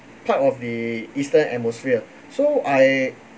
part of the eastern atmosphere so I